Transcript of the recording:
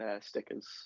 stickers